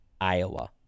Iowa